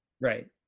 Right